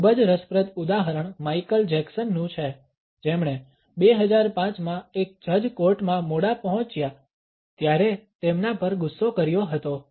એક ખૂબ જ રસપ્રદ ઉદાહરણ માઈકલ જેક્સનનું છે જેમણે 2005 માં એક જજ કોર્ટમાં મોડા પહોંચ્યા ત્યારે તેમના પર ગુસ્સો કર્યો હતો